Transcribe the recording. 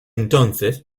entonces